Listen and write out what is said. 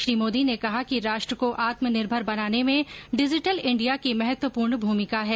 श्री मोदी ने कहा कि राष्ट्र को आत्मनिर्भर बनाने में डिजिटल इंडिया की महत्वपूर्ण भूमिका है